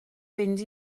fynd